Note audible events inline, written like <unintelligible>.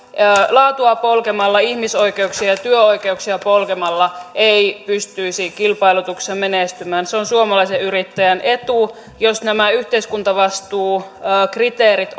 laatua polkemalla ihmisoikeuksia ja ja työoikeuksia polkemalla ei pystyisi kilpailutuksissa menestymään on suomalaisen yrittäjän etu jos nämä yhteiskuntavastuukriteerit <unintelligible>